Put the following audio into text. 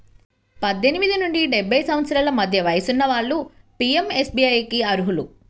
పద్దెనిమిది నుండి డెబ్బై సంవత్సరాల మధ్య వయసున్న వాళ్ళు పీయంఎస్బీఐకి అర్హులు